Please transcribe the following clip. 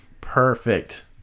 Perfect